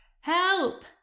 Help